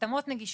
התאמות נגישות,